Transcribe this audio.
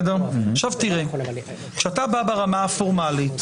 כשאתה בא ברמה הפורמלית,